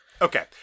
Okay